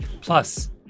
Plus